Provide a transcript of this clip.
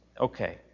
Okay